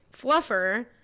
Fluffer